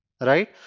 right